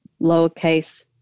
lowercase